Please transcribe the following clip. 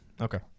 Okay